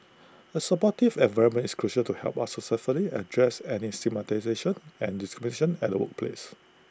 A supportive environment is crucial to help us successfully address any stigmatisation and discrimination at workplace